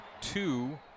two